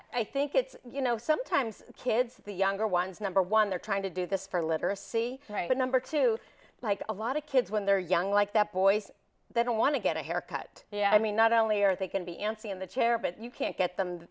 i think it's you know sometimes kids the younger ones number one they're trying to do this for literacy but number two like a lot of kids when they're young like that boys they don't want to get a haircut yeah i mean not only are they can be antsy in the chair but you can't get them